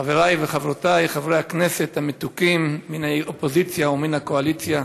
חבריי וחברותיי חברי הכנסת המתוקים מן האופוזיציה ומן הקואליציה,